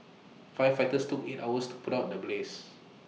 firefighters took eight hours to put out the blaze